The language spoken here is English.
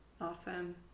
Awesome